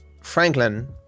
Franklin